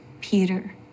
Peter